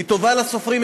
היא טובה לסופרים,